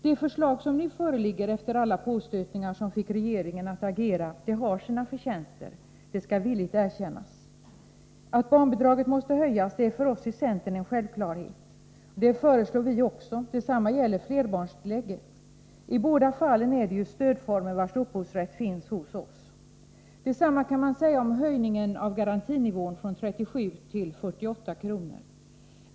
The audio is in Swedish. Det förslag som nu föreligger efter alla de påstötningar som fick regeringen att agera har sina förtjänster — det skall villigt erkännas. Att barnbidraget måste höjas är för oss i centern en självklarhet. Det föreslår vi också. Detsamma gäller flerbarnstillägget. I båda fallen är det fråga om stödformer vilkas upphovsrätt finns hos oss. Detsamma kan man säga om höjningen av garantinivån från 37 kr. till 48 kr.